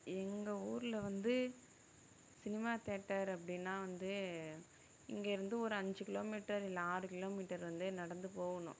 எங்கள் ஊரில் வந்து சினிமா தியேட்டர் அப்படின்னா வந்து இங்கேயிருந்து ஒரு அஞ்சு கிலோமீட்டர் இல்லை ஆறு கிலோமீட்டர் வந்து நடந்து போகணும்